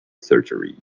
surgery